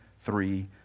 three